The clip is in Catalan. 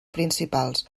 principals